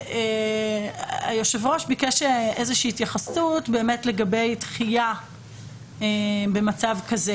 היושב ראש ביקש איזושהי התייחסות לגבי דחייה במצב כזה